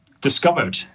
discovered